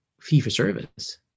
fee-for-service